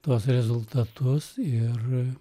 tuos rezultatus ir